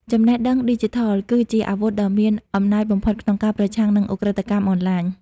ចំណេះដឹងឌីជីថល គឺជាអាវុធដ៏មានអំណាចបំផុតក្នុងការប្រឆាំងនឹងឧក្រិដ្ឋកម្មអនឡាញ។